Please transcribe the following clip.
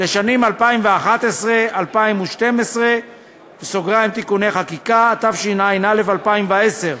לשנים 2011 ו-2012 (תיקוני חקיקה),